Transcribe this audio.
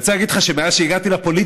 ואני רוצה להגיד לך שמאז שהגעתי לפוליטיקה,